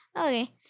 okay